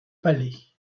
palais